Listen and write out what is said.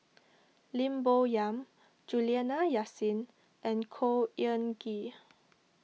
Lim Bo Yam Juliana Yasin and Khor Ean Ghee